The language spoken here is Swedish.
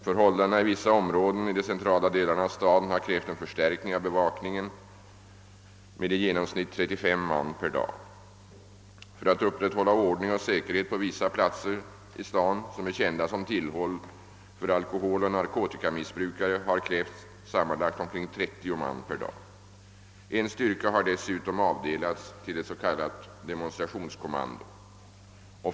Förhållandena i vissa områden i de cen trala delarna av staden har krävt en förstärkning av bevakningen med i genomsnitt 35 man per dag. För att upprätthålla ordning och säkerhet på vissa platser i staden som är kända som tillhåll för alkoholoch narkotikamissbrukare har krävts sammanlagt omkring 30 man per dag. En styrka har dessutom avdelats till ett s.k. demonstrationskommando.